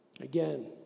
Again